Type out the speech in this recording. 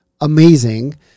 amazing